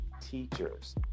teachers